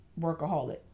workaholic